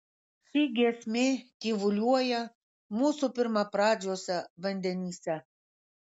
ši giesmė tyvuliuoja mūsų pirmapradžiuose vandenyse